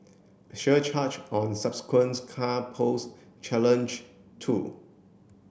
surcharge on subsequent car pose challenge too